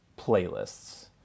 playlists